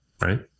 right